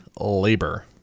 labor